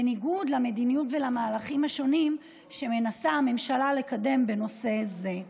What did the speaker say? בניגוד למדיניות ולמהלכים השונים שמנסה הממשלה לקדם בנושא זה.